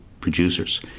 producers